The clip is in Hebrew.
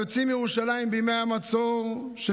היוצאים מירושלים בימי המצור של